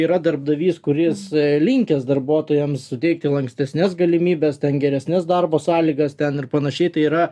yra darbdavys kuris linkęs darbuotojams suteikti lankstesnes galimybes ten geresnes darbo sąlygas ten ir panašiai tai yra